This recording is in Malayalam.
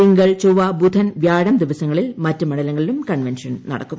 തിങ്കൾ ചൊവ്വ ബുധൻ വ്യാഴം ദിവസങ്ങളിൽ മറ്റ് മണ്ഡലങ്ങളിലും കൺവെൻഷൻ നടക്കും